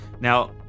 Now